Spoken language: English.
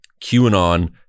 QAnon